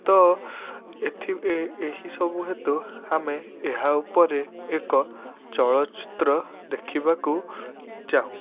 ତ ଏଥି ଏହିସବୁ ହେତୁ ଆମେ ଏହା ଉପରେ ଏକ ଚଳଚ୍ଚିତ୍ର ଦେଖିବାକୁ ଚାହୁଁ